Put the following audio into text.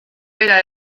bera